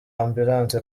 ambulance